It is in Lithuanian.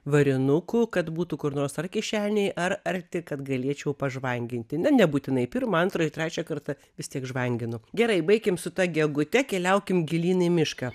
varinukų kad būtų kur nors ar kišenėj ar arti kad galėčiau pažvanginti nebūtinai pirmą antrą ir trečią kartą vis tiek žvanginu gerai baikim su ta gegute keliaukim gilyn į mišką